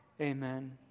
Amen